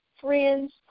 friends